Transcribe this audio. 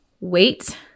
wait